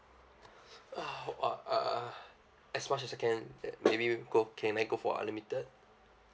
uh uh as much as I can maybe go can I go for unlimited